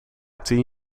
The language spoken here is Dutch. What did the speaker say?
tien